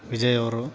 ವಿಜಯ್ ಅವರು